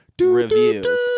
Reviews